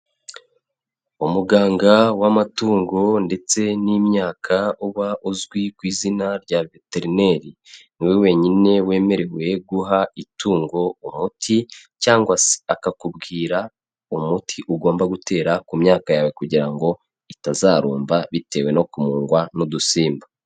Umuganga w'amatungo ndetse n'imyaka uba uzwi ku izina rya veterineri, ni we wenyine wemerewe guha itungo umuti cyangwa se akakubwira umuti ugomba gutera ku myaka yawe kugira ngo itazarumba bitewe no kumungwa n'udusimba.